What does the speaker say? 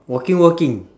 walking walking